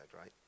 right